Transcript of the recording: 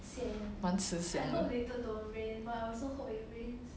蛮慈祥